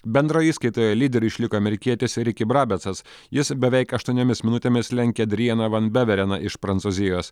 bendroje įskaitoje lyderiu išliko amerikietis riki brabecas jis beveik aštuoniomis minutėmis lenkė drijaną van bevereną iš prancūzijos